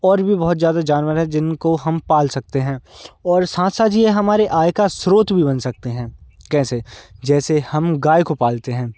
और भी बहुत ज़्यादा जानवर हैं जिनको हम पाल सकते हैं और साथ साथ यह हमारे आय का स्रोत भी बन सकते हैं कैसे जैसे हम गाय को पालते हैं